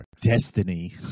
Destiny